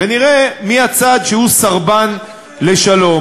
ונראה מי הצד שהוא סרבן שלום.